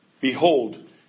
Behold